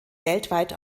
weltweit